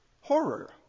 horror